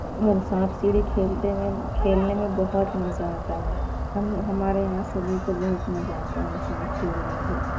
اور سانپ سیڑھی کھیلتے میں کھیلنے میں بہت مزہ آتا ہے ہم ہمارے یہاں سبھی کو بہت مزہ آتا ہے سانپ سیڑھی میں بھی